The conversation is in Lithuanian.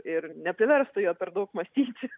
ir nepriverstų jo per daug mąstyti